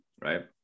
right